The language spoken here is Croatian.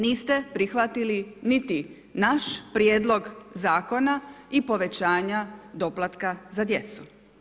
Niste prihvatili niti naš prijedlog zakona i povećanja doplatka za djecu.